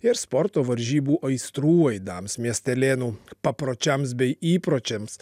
ir sporto varžybų aistrų aidams miestelėnų papročiams bei įpročiams